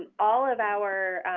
all of our